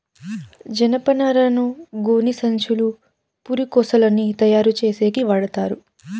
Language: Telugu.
జనపనారను గోనిసంచులు, పురికొసలని తయారు చేసేకి వాడతారు